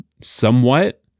somewhat